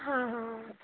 ਹਾਂ ਹਾਂ